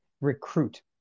recruit